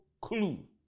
clue